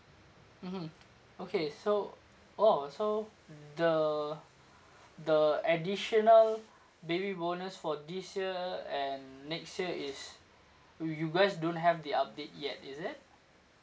mmhmm okay so oh so the the additional baby bonus for this year and next year is you you guys don't have the update yet is it